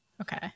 Okay